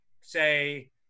say